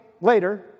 later